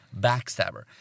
backstabber